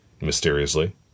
mysteriously